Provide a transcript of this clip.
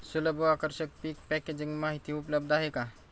सुलभ व आकर्षक पीक पॅकेजिंग माहिती उपलब्ध आहे का?